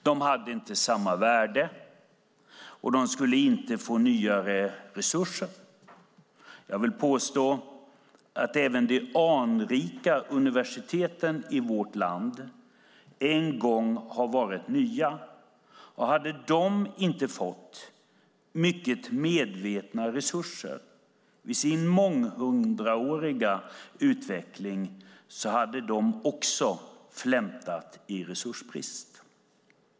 De hade inte samma värde och skulle inte få nya resurser. Jag vill påstå att även de anrika universiteten i vårt land en gång har varit nya, och hade de inte fått mycket medvetna resurser vid sin månghundraåriga utveckling hade också de flämtat i resursbrist.